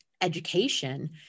Education